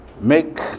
make